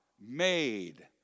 made